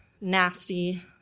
nasty